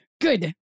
Good